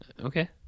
Okay